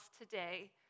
today